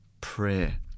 Prayer